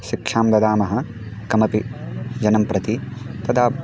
सिक्षां ददामः कस्मै अपि जनाय प्रति तदा